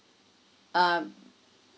um